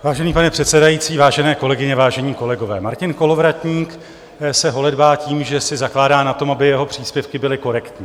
Vážený pane předsedající, vážené kolegyně, vážení kolegové, Martin Kolovratník se holedbá tím, že si zakládá na tom, aby jeho příspěvky byly korektní.